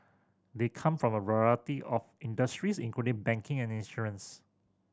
they come from a variety of industries including banking and insurance